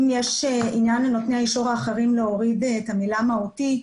אם יש עניין לנותני האישור אחרים להוריד את המילה "מהותי",